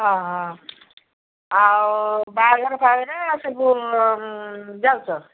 ହଁ ହଁ ଆଉ ବାହାଘର ଫାଆଘର ସବୁ ଯାଉଛ